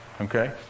okay